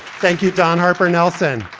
thank you. don harper. nelson.